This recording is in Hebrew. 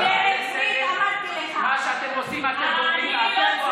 היא אומרת דברים נוראיים על המדינה הזאת,